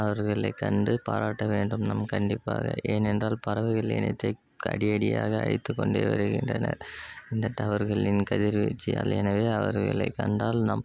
அவர்களை கண்டு பாராட்ட வேண்டும் நம் கண்டிப்பாக ஏனென்றால் பறவைகள் இனத்தை அடி அடியாக அழித்துக்கொண்டே வருகின்றனர் இந்த டவர்களின் கதிர்வீச்சாலே எனவே அவர்களை கண்டால் நம்